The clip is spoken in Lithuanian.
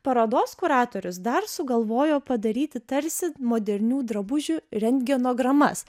parodos kuratorius dar sugalvojo padaryti tarsi modernių drabužių rentgenogramas